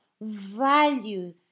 value